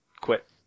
quit